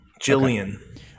Jillian